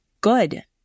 good